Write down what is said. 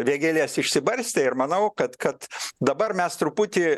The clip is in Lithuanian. vėgėlės išsibarstė ir manau kad kad dabar mes truputį